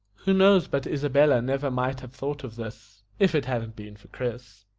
who knows but isabella never might have thought of this if it hadn't been for chris?